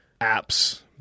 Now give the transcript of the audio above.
apps